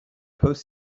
post